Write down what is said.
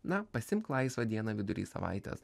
na pasiimk laisvą dieną vidury savaitės